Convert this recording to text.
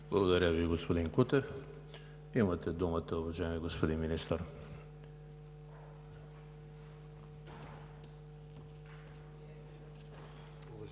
Благодаря Ви, господин Кутев. Имате думата, уважаеми господин Министър.